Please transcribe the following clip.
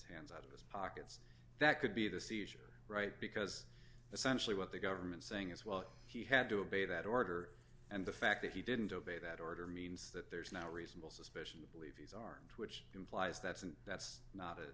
its out of his pockets that could be the seizure right because essentially what the government saying is well he had to obey that order and the fact that he didn't obey that order means that there's no reasonable suspicion to believe he's armed which implies that's and that's not a